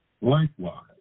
likewise